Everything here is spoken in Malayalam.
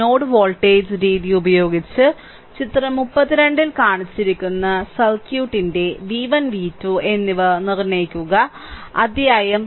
നോഡ് വോൾട്ടേജ് രീതി ഉപയോഗിച്ച് ചിത്രം 32 ൽ കാണിച്ചിരിക്കുന്ന സർക്യൂട്ടിന്റെ v1 v2 എന്നിവ നിർണ്ണയിക്കുക അധ്യായം 3